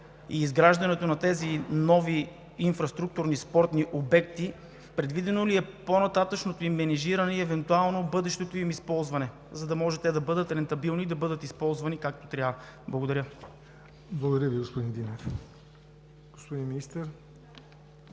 и изграждането на тези нови инфраструктурни спортни обекта, предвидено ли е по-нататъшното менажиране и евентуално бъдещото им използване, за да може да бъдат рентабилни и използвани както трябва? Благодаря. ПРЕДСЕДАТЕЛ ЯВОР НОТЕВ: Благодаря Ви, господин Динев. Господин Министър,